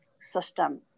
system